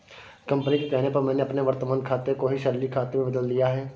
company के कहने पर मैंने अपने वर्तमान खाते को ही सैलरी खाते में बदल लिया है